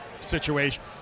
situation